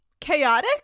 chaotic